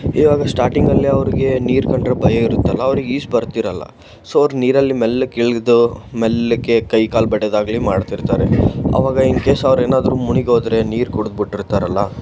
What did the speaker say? ಇವಾಗ ಸ್ಟಾರ್ಟಿಂಗಲ್ಲಿ ಅವ್ರಿಗೆ ನೀರು ಕಂಡರೆ ಭಯ ಇರುತ್ತಲ್ಲ ಅವ್ರಿಗೆ ಈಜು ಬರ್ತಿರೋಲ್ಲ ಸೊ ಅವ್ರು ನೀರಲ್ಲಿ ಮೆಲ್ಲಗೆ ಇಳಿದು ಮೆಲ್ಲಗೆ ಕೈ ಕಾಲು ಬಡಿಯೋದಾಗ್ಲಿ ಮಾಡ್ತಿರ್ತಾರೆ ಆವಾಗ ಇನ್ಕೇಸ್ ಅವ್ರು ಏನಾದರೂ ಮುಳುಗೋದ್ರೆ ನೀರು ಕೂಡ ಬಿಟ್ಟಿರ್ತಾರಲ್ಲ